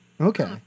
Okay